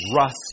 rust